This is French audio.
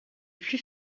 plus